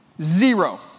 Zero